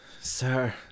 sir